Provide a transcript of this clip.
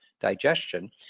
digestion